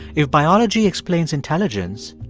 if biology explains intelligence,